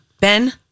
Ben